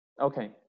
Okay